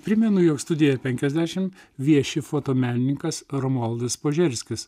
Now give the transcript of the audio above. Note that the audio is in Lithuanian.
primenu jog studija penkiasdešim vieši fotomenininkas romualdas požerskis